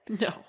No